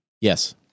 Yes